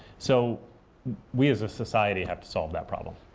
so we, as a society, have to solve that problem.